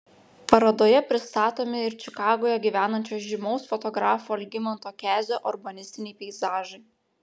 parodoje pristatomi ir čikagoje gyvenančio žymaus fotografo algimanto kezio urbanistiniai peizažai